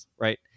right